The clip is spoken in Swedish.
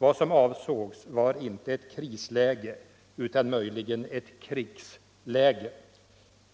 Vad som avsågs var inte ett krisläge utan möjligen ett krigsläge.